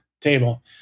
table